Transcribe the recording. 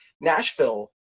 Nashville